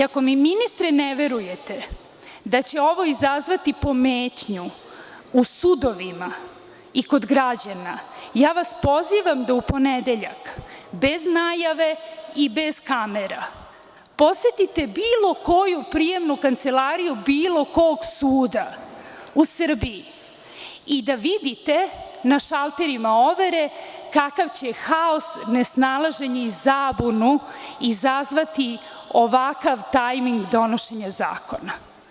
Ako mi ministre ne verujete da će ovo izazvati pometnju u sudovima i kod građana, ja vas pozivam da u ponedeljak bez najave i bez kamera posetite bilo koju prijemnu kancelariju bilo kog suda u Srbiji i da vidite na šalterima overe kakav će haos, nesnalaženje i zabunu izazvati ovakav tajming donošenja zakona.